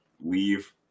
leave